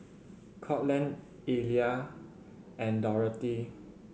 Courtland Illya and Dorathy